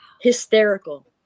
hysterical